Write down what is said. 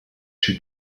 she